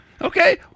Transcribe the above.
okay